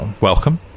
Welcome